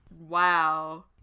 Wow